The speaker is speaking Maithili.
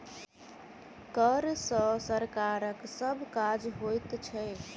कर सॅ सरकारक सभ काज होइत छै